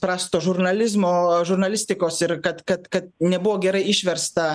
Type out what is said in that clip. prasto žurnalizmo žurnalistikos ir kad kad kad nebuvo gerai išversta